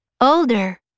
older